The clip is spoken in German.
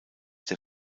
der